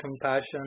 compassion